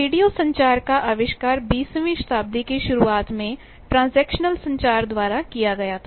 radio संचार का आविष्कार बीसवीं शताब्दी की शुरुआत में ट्रांसक्शनल संचार द्वारा किया गया था